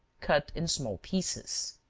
cut in small pieces.